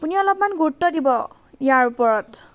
আপুনি অলপমান গুৰুত্ব দিব ইয়াৰে ওপৰত